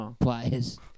players